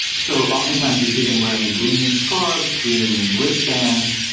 so oftentimes you see them wearing green scarves, green wrist bands,